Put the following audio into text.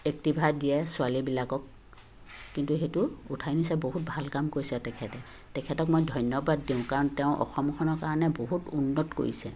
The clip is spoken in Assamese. একটিভা দিয়ে ছোৱালীবিলাকক কিন্তু সেইটো উঠাই নিছে বহুত ভাল কাম কৰিছে তেখেতে তেখেতক মই ধন্যবাদ দিওঁ কাৰণ তেওঁ অসমখনৰ কাৰণে বহুত উন্নত কৰিছে